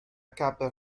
kappa